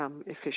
efficient